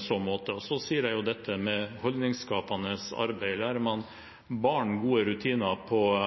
så måte. Så sier jeg jo dette med holdningsskapende arbeid. Lærer man barn gode rutiner for